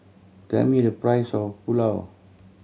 tell me the price of Pulao